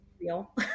real